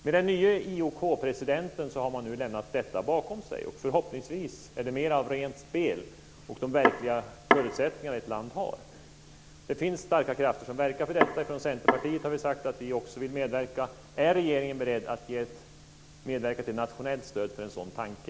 Med den nye IOK-presidenten har man lämnat detta bakom sig. Förhoppningsvis är det mer av rent spel med de verkliga förutsättningar ett land har. Det finns starka krafter som verkar för detta. Vi i Centerpartiet har sagt att vi också vill medverka. Är regeringen beredd att medverka till ett nationellt stöd för en sådan tanke?